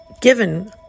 given